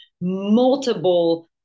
multiple